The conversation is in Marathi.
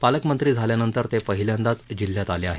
पालकमंत्री झाल्यानंतर ते पहिल्यांदाच जिल्ह्यात आले आहेत